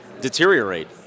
deteriorate